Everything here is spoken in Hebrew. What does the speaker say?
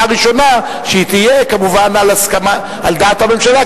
ראשונה שתהיה כמובן על דעת הממשלה,